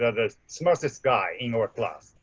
ah the smartest guy in our class.